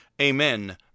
Amen